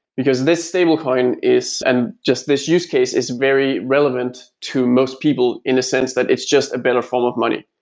because this stablecoin is and just this use case is very relevant to most people in a sense that it's just a better form of money.